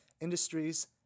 industries